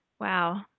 Wow